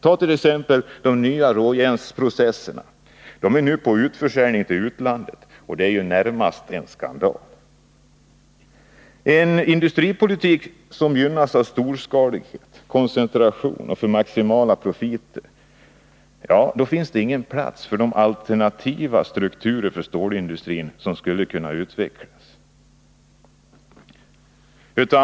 Ta som exempel de nya råjärnsprocesserna. De är nu på utförsäljning till utlandet. Det är närmast en skandal. Har man en industripolitik som gynnas av storskalighet och koncentration och som är för maximala profiter, finns det ingen plats för de alternativa strukturer för stålindustrin som skulle kunna utvecklas.